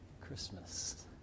Christmas